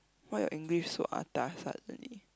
why your angry so atas suddenly